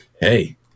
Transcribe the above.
hey